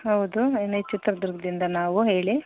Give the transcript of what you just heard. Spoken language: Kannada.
ಹೌದು ಚಿತ್ರದುರ್ಗದಿಂದ ನಾವು ಹೇಳಿ